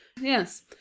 Yes